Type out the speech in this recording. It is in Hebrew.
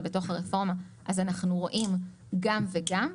בתוך הרפורמה אז אנחנו רואים גם וגם,